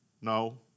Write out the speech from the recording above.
No